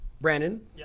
Brandon